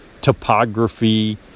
topography